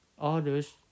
Others